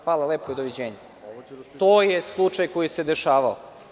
Hvala lepo i doviđenja.“ To je slučaj koji se dešavao.